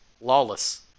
Lawless